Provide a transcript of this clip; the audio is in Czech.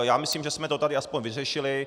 Já myslím, že jsme to tady aspoň vyřešili.